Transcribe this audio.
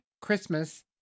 Christmas